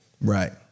Right